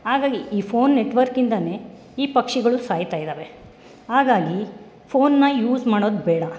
ಹಾಗಾಗಿ ಈ phone network ಇಂದಲೇ ಈ ಪಕ್ಷಿಗಳು ಸಾಯ್ತಾಯಿದ್ದಾವೆ ಹಾಗಾಗಿ ಫೋನ್ನ ಯೂಸ್ ಮಾಡೋದು ಬೇಡ